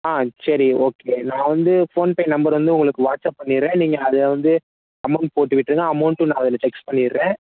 ஆ சரி ஓகே நான் வந்து ஃபோன்பே நம்பர் வந்து உங்களுக்கு வாட்ஸ்ஆப் பண்ணிடுறன் நீங்கள் அதில் வந்து அமௌண்ட் போட்டு விட்டுருங்க அமௌண்ட் நான் அதில் டெக்ஸ்ட் பண்ணிடுறன்